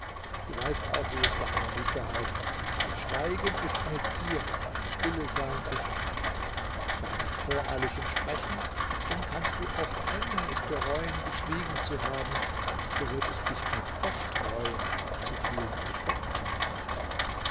du weißt auch wie es bei einem dichter heißt schweigen ist eine zierde stille sein ist heil sei nicht voreilig im sprechen denn kannst du auch einmal es bereuen geschwiegen zu haben so wird es dich gar oft reuen zu viel gesprochen zu haben